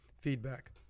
feedback